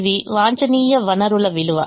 ఇవి వాంఛనీయ వనరుల విలువ